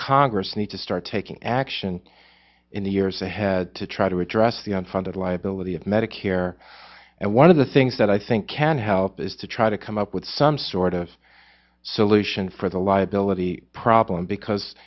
congress need to start taking action in the years ahead to try to address the un funded liability of medicare and one of things that i think can help is to try to come up with some sort of solution for the liability problem because